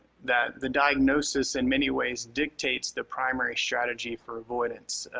that the diagnosis in many ways dictates the primary strategy for avoidance